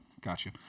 gotcha